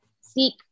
Seek